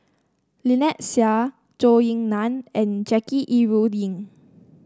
Lynnette Seah Zhou Ying Nan and Jackie Yi Ru Ying